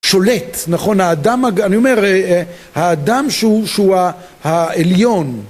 שולט, נכון, האדם, אני אומר, האדם שהוא, שהוא העליון